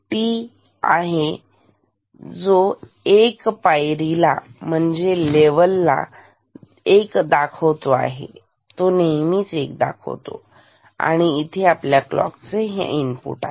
T आहे जो 1 पायरी ला म्हणजे लेवल level ला एक दाखवतो नेहमीच आणि इथे आपल्याला क्लॉकचे इनपुट आहे